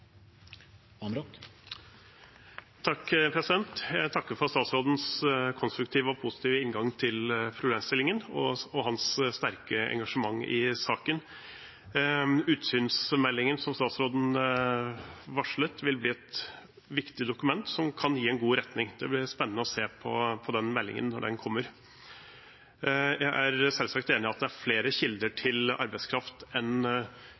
Jeg takker for statsrådens konstruktive og positive inngang til problemstillingen og hans sterke engasjement i saken. Utsynsmeldingen som statsråden varslet, vil bli et viktig dokument som kan gi en god retning. Det blir spennende å se på den meldingen når den kommer. Jeg er selvsagt enig i at det er flere kilder til arbeidskraft enn